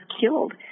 killed